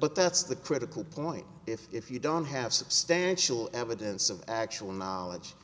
but that's the critical point if if you don't have substantial evidence of actual knowledge